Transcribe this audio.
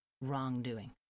wrongdoing